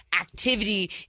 activity